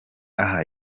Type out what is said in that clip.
aha